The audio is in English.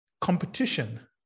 competition